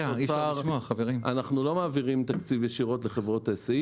אנחנו לא מעבירים תקציב ישירות לחברות היסעים.